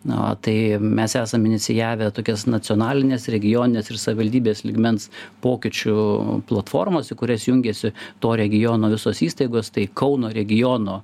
na tai mes esam inicijavę tokias nacionalines regionines ir savivaldybės lygmens pokyčių platformas į kurias jungiasi to regiono visos įstaigos tai kauno regiono